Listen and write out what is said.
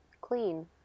clean